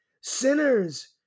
Sinners